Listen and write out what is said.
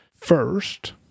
first